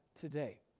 today